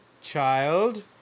Child